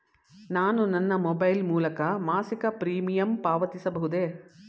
ನಾನು ನನ್ನ ಮೊಬೈಲ್ ಮೂಲಕ ಮಾಸಿಕ ಪ್ರೀಮಿಯಂ ಪಾವತಿಸಬಹುದೇ?